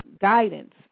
guidance